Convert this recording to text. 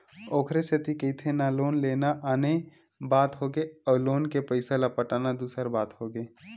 ओखरे सेती कहिथे ना लोन लेना आने बात होगे अउ लोन के पइसा ल पटाना दूसर बात होगे